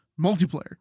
multiplayer